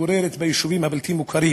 שמתגוררת ביישובים הבלתי-מוכרים.